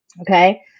okay